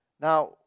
Now